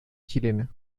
chilena